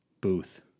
booth